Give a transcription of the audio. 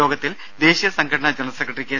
യോഗത്തിൽ ദേശീയ സംഘടനാ ജനറൽ സെക്രട്ടറി കെ